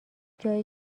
جایی